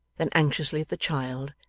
then anxiously at the child,